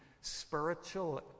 spiritual